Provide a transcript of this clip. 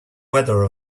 weather